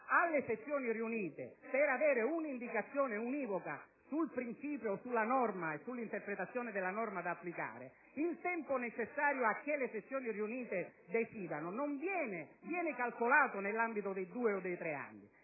diverse sezioni, per avere un'indicazione univoca sul principio o sulla interpretazione della norma da applicare, il tempo necessario a che le sezioni riunite decidano viene calcolato nell'ambito dei due o dei tre anni.